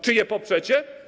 Czy je poprzecie?